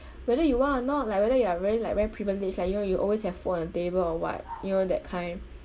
whether you want or not like whether you are very like very privileged like you know you always have food on the table or what you know that kind